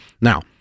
Now